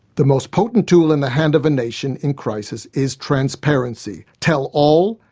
the most potent tool in the hand of a nation in crisis is transparency. tell all,